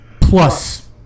plus